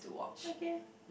okay